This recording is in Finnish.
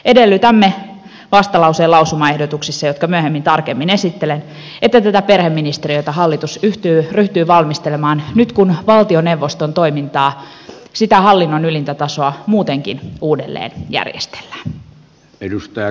edellytämme vastalauseen lausumaehdotuksissa jotka myöhemmin tarkemmin esittelen että tätä perheministeriötä hallitus ryhtyy valmistelemaan nyt kun valtioneuvoston toimintaa sitä hallinnon ylintä tasoa muutenkin uudelleen järjestellään